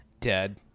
dead